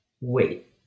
Wait